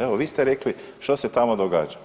Evo vi ste rekli što se tamo događa,